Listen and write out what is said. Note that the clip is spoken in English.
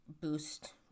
boost